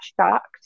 shocked